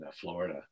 Florida